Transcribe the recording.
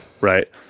right